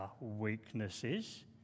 weaknesses